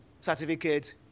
certificate